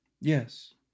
Yes